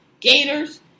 Gators